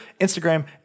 Instagram